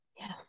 Yes